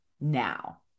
now